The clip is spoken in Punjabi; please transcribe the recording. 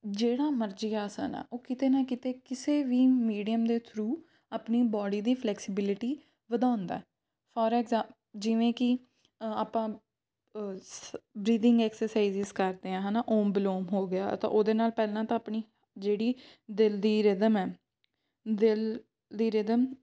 ਜਿਹੜਾ ਮਰਜ਼ੀ ਆਸਨ ਆ ਉਹ ਕਿਤੇ ਨਾ ਕਿਤੇ ਕਿਸੇ ਵੀ ਮੀਡੀਅਮ ਦੇ ਥਰੂ ਆਪਣੀ ਬੋਡੀ ਦੀ ਫਲੈਕਸੀਬਿਲਟੀ ਵਧਾਉਂਦਾ ਫੌਰ ਐਗਜ਼ੈ ਜਿਵੇਂ ਕਿ ਆਪਾਂ ਸ ਬ੍ਰੀਦਿੰਗ ਐਕਸਸਾਈਜ਼ਿਸ ਕਰਦੇ ਹਾਂ ਹੈ ਨਾ ਓਮ ਬਲੋਮ ਹੋ ਗਿਆ ਤਾਂ ਉਹਦੇ ਨਾਲ ਪਹਿਲਾਂ ਤਾਂ ਆਪਣੀ ਜਿਹੜੀ ਦਿਲ ਦੀ ਰਿੱਧਮ ਹੈ ਦਿਲ ਦੀ ਰਿੱਧਮ